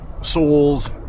souls